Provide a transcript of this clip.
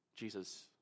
Jesus